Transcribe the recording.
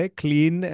clean